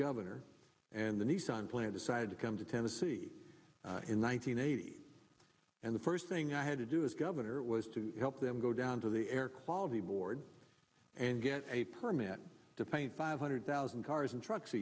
governor and the nissan plant decided to come to tennessee in one thousand nine hundred eighty and the first thing i had to do as governor was to help them go down to the air quality board and get a permit to paint five hundred thousand cars and trucks